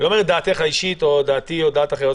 אני לא שואל על דעתך האישית או דעתי או הפרקטיקה.